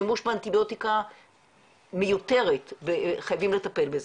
שימוש באנטיביוטיקה, מיותרת, חייבים לטפל בזה.